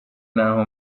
n’aho